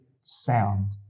sound